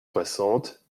soixante